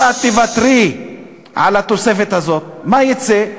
אם את תוותרי על התוספת הזאת, מה יצא?